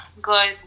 good